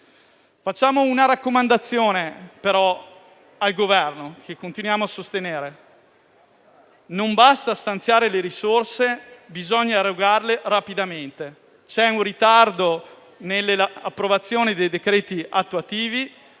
Facciamo però una raccomandazione al Governo che continuiamo a sostenere: non basta stanziare le risorse, bisogna erogarle rapidamente. C'è un ritardo nell'approvazione dei decreti attuativi;